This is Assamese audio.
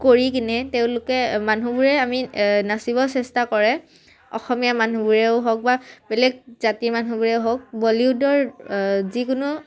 কৰি কিনে তেওঁলোকে মানুহবোৰে আমি নাচিব চেষ্টা কৰে অসমীয়া মানুহবোৰেও হওক বা বেলেগ জাতিৰ মানুহবোৰে হওক বলিউডৰ যিকোনো